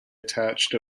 attached